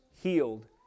healed